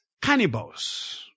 cannibals